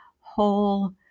whole